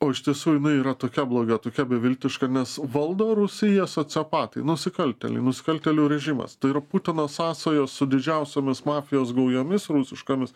o iš tiesų jinai yra tokia bloga tokia beviltiška nes valdo rusiją sociopatai nusikaltėliai nusikaltėlių režimas tai yra putino sąsajos su didžiausiomis mafijos gaujomis rusiškomis